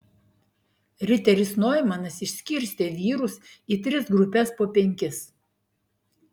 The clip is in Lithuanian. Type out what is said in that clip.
riteris noimanas išskirstė vyrus į tris grupes po penkis